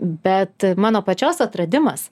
bet mano pačios atradimas